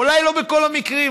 אולי לא בכל המקרים,